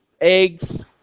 eggs